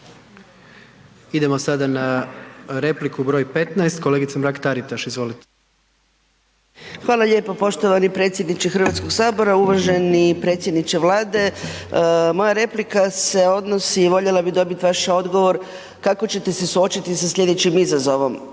Idemo sada na repliku broj 15 kolegica Mrak Taritaš. Izvolite. **Mrak-Taritaš, Anka (GLAS)** Hvala lijepo poštovani predsjedniče Hrvatskog sabora. Uvaženi predsjedniče Vlade moja replika se odnosi i voljela bih dobiti vaš odgovor kako ćete se suočiti sa slijedećim izazovom.